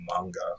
manga